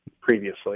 previously